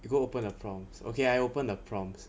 you go open the prompts okay I open the prompts